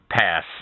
pass